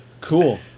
cool